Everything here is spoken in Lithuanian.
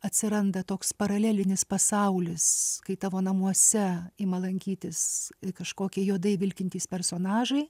atsiranda toks paralelinis pasaulis kai tavo namuose ima lankytis kažkokie juodai vilkintys personažai